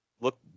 look